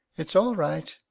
it's all right.